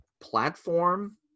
platform